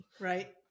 right